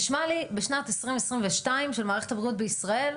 נשמע לי שבשנת 2022 של מערכת הבריאות בישראל,